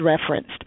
referenced